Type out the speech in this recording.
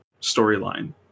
storyline